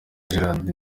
gerard